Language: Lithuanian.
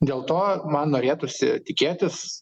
dėl to man norėtųsi tikėtis